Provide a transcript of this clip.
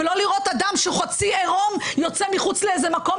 ולא לראות אדם כשהוא חצי עירום יוצא מחוץ לאיזה מקום,